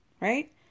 right